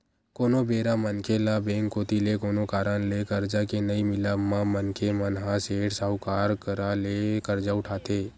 कोनो बेरा मनखे ल बेंक कोती ले कोनो कारन ले करजा के नइ मिलब म मनखे मन ह सेठ, साहूकार करा ले करजा उठाथे